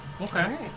Okay